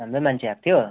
हाम्रै मान्छे आएको थियो